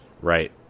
right